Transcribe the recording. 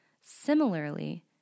Similarly